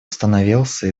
остановился